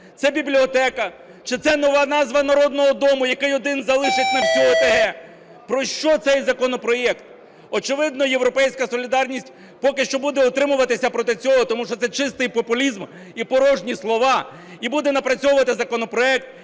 Це бібліотека чи це нова назва народного дому, який один залишать на всю ОТГ? Про що цей законопроект? Очевидно, "Європейська солідарність" поки що буде утримуватися проти цього. Тому що це чистий популізм і порожні слова. І буде напрацьовувати законопроект,